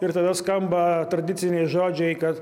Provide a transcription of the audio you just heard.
ir tada skamba tradiciniai žodžiai kad